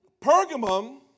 Pergamum